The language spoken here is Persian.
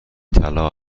طلا